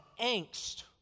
angst